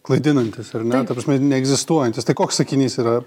klaidinantis ar ne ta prasme neegzistuojantis tai koks sakinys yra